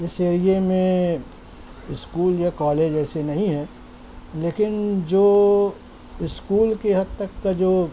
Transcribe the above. اس ایریے میں اسکول یا کالج ایسے نہیں ہیں لیکن جو اسکول کے حد تک کا جو